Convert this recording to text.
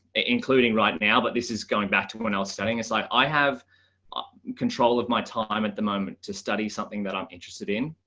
including right now, but this is going back to one else setting aside, i have ah control of my time at the moment to study something that i'm interested in.